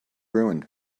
ruined